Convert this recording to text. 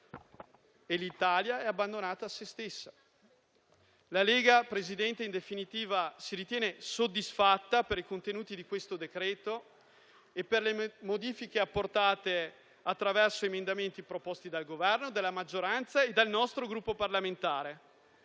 e l'Italia è abbandonata a se stessa. Signor Presidente, in definitiva la Lega si ritiene soddisfatta per i contenuti di questo decreto-legge e per le modifiche apportate attraverso emendamenti proposti dal Governo, dalla maggioranza e dal nostro Gruppo parlamentare.